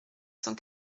cent